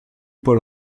paul